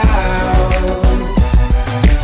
out